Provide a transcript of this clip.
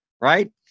right